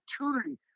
opportunity